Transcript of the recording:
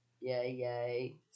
Yay